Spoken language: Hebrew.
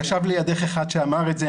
ישב לידך אחד שאמר את זה,